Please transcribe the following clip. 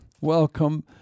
welcome